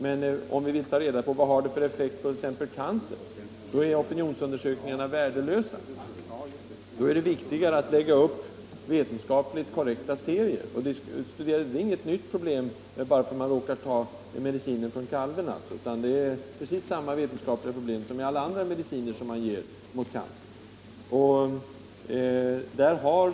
Men om vi vill ta reda på vad det preparatet har för effekt exempelvis på cancer, är opinionsundersökningarna värdelösa. Då är det viktigt att lägga upp vetenskapligt korrekta material. Det här är inget nytt problem bara därför att man råkar ta medicinen från kalvbräss, utan här är det fråga om precis samma vetenskapliga problem som när det gäller andra mediciner som ges mot cancer.